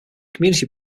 community